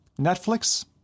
Netflix